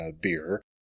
beer